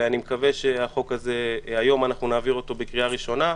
ואני מקווה שאנחנו נעביר את החוק הזה היום לקריאה ראשונה,